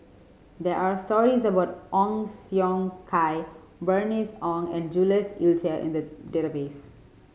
there are stories about Ong Siong Kai Bernice Ong and Jules Itier in the database